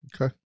Okay